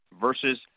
versus